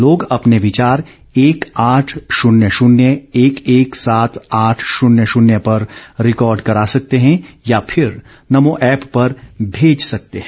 लोग अपने विचार एक आठ शून्य शून्य एक एक सात आठ शून्य शून्य पर रिकॉर्ड करा सकते हैं या फिर नमो ऐप पर भेज सकते हैं